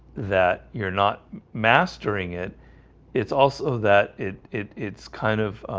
that you're not mastering it it's also that it it it's kind of